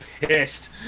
pissed